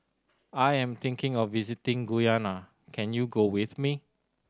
I am thinking of visiting Guyana can you go with me